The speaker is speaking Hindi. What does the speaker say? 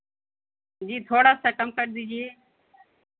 जी थोड़ा सा कम कर दीजिए